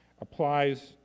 applies